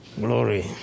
glory